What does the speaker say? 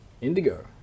indigo